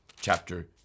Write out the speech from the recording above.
Chapter